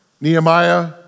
Nehemiah